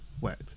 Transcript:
wet